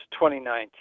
2019